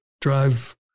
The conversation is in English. drive